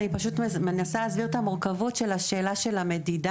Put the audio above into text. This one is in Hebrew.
אני פשוט מנסה להסביר את המורכבות של שאלת המדידה.